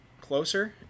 closer